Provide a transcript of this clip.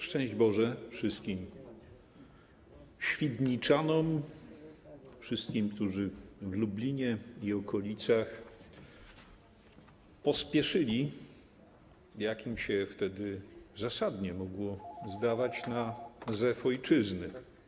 Szczęść Boże wszystkim świdniczanom, wszystkim, którzy w Lublinie i okolicach pospieszyli, jak im się wtedy zasadnie mogło zdawać, na zew ojczyzny!